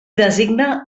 designa